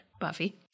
Buffy